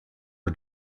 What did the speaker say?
are